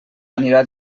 anirà